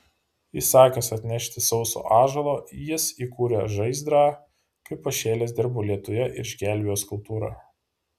įsakęs atnešti sauso ąžuolo jis įkūrė žaizdrą kaip pašėlęs dirbo lietuje ir išgelbėjo skulptūrą